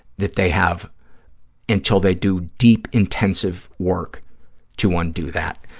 that they have until they do deep, intensive work to undo that.